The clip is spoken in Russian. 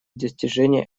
достижении